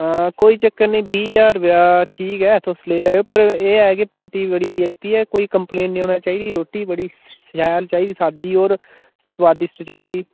कोई चक्कर नी बीह् ज्हार रपेआ ठीक ऐ तुस लेई लैएयो पर एह् ऐ कि पार्टी बड़ी वी आई पी ऐ कोई कम्प्लेन नी औने चाहिदी रोटी बड़ी शैल चाहिदी सादी होर स्वादिश्ट चाहिदी